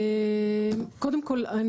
קודם כל,